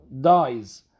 dies